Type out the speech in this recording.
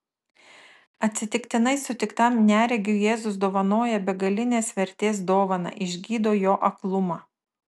atsitiktinai sutiktam neregiui jėzus dovanoja begalinės vertės dovaną išgydo jo aklumą